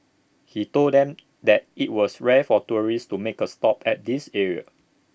he told them that IT was rare for tourists to make A stop at this area